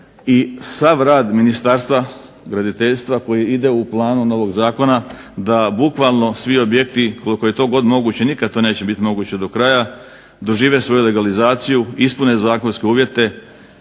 i sav rad Ministarstva graditeljstva koji ide u planu novog zakona da bukvalno svi objekti koliko je to god moguće, nikad to neće biti moguće do kraja dožive svoju legalizaciju, ispune zakonske uvjete,